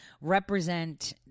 represent